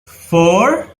four